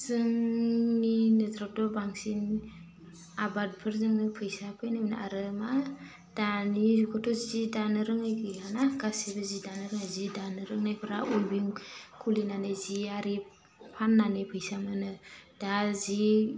जोंनि नोजोरावथ' बांसिन आबादफोरजोंनो फैसा फैयो आरो मा दानि जुगावथ' सि दानो रोङै गैयाना गासिबो जि दानो रोङो जि दानो रोंनायफोरा उवेभिं खुलिनानै जि आरि फाननानै फैसा मोनो दा जि